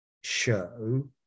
show